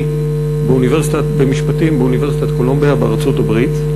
במשפטים באוניברסיטת קולומביה בארצות-הברית.